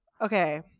Okay